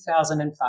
2005